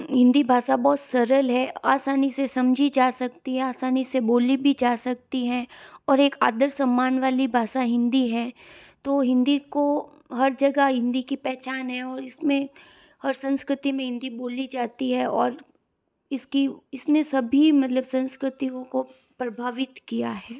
हिंदी भाषा बहुत सरल है आसानी से समझी जा सकती है आसानी से बोली भी जा सकती है और एक आदर सम्मान वाली भाषा हिंदी है तो हिंदी को हर जगह हिंदी की पहचान है और इसमें हर संस्कृति में हिंदी बोली जाती है और इसकी इसमें सभी मतलब संस्कृतियों को प्रभावित किया है